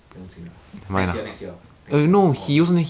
不用紧 lah next year next year 我 miss